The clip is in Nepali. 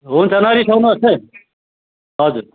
हुन्छ नरिसाउनुहोस् है हजुर